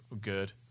good